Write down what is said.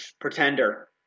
Pretender